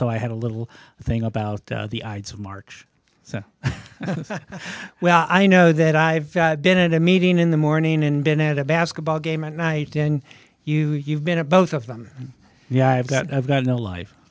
so i had a little thing about the ides of march so well i know that i've been in a meeting in the morning and been at a basketball game at night and you you've been to both of them yeah i've got i've got no